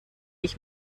ich